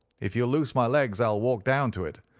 if you'll loose my legs i'll walk down to it.